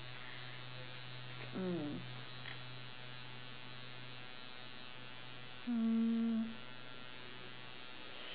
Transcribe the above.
mm mm